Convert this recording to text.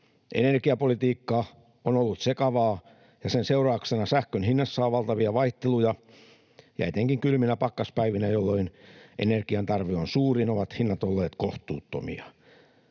Energiapolitiikka on ollut sekavaa, ja sen seurauksena sähkön hinnassa on valtavia vaihteluja ja etenkin kylminä pakkaspäivinä, jolloin energian tarve on suurin, ovat hinnat olleet kohtuuttomia.